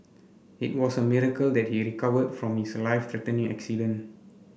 it was a miracle that he recovered from his life threatening accident